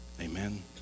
Amen